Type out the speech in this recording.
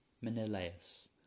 Menelaus